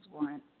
warrant